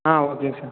ஆ ஓகேங்க சார்